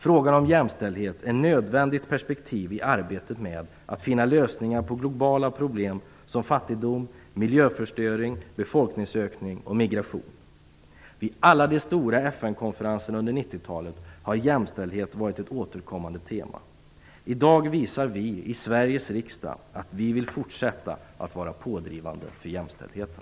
Frågan om jämställdhet är ett nödvändigt perspektiv i arbetet med att finna lösningar på globala problem som fattigdom, miljöförstöring, befolkningsökning och migration. Vid alla de stora FN konferenserna under 90-talet har jämställdhet varit ett återkommande tema. I dag visar vi i Sveriges riksdag att vi vill fortsätta att vara pådrivande för jämställdheten.